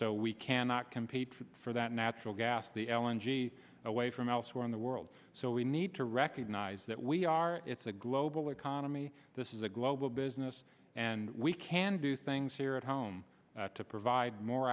so we cannot compete for that natural gas the elegy away from elsewhere in the world so we need to recognize that we are it's a global economy this is a global business and we can do things here at home to provide more